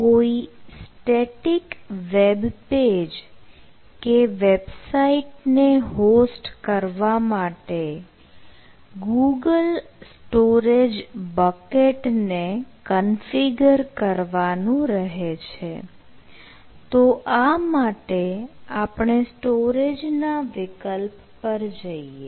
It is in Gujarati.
કોઈ સ્ટેટીક વેબ પેજ કે વેબસાઈટ ને હોસ્ટ કરવા માટે ગૂગલ સ્ટોરેજ બકેટ ને કન્ફિગર કરવાનું રહે છે તો આ માટે આપણે સ્ટોરેજ ના વિકલ્પ પર જઈએ